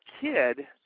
kid